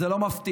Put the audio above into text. זה לא מפתיע,